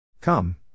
Come